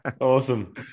Awesome